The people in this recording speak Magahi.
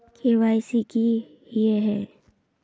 के.वाई.सी की हिये है?